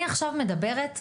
אני עכשיו מדברת,